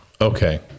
Okay